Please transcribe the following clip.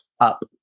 up